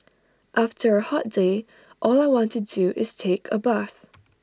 after A hot day all I want to do is take A bath